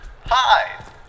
Hi